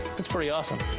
that's pretty awesome.